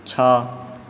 ଛଅ